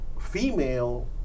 female